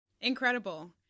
Incredible